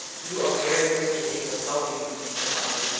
you are very good to think of helping me, mr. huntley,